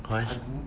I don't know